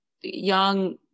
young